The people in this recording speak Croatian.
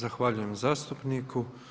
Zahvaljujem zastupniku.